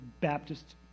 Baptist